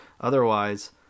otherwise